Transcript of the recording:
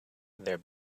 their